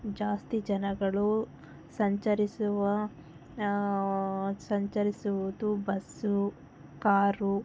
ಜಾಸ್ತಿ ಜನಗಳು ಸಂಚರಿಸುವ ಸಂಚರಿಸುವುದು ಬಸ್ ಕಾರ್